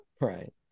Right